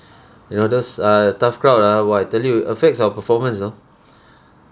you know those uh tough crowd ah !wah! I tell you it affects our performance know